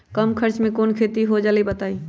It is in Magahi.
कम खर्च म कौन खेती हो जलई बताई?